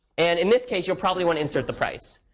and in this case, you ll probably want insert the price.